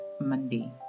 Monday